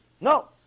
No